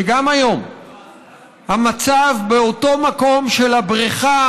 שגם היום המצב באותו מקום של הבריכה